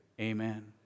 Amen